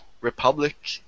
Republic